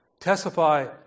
testify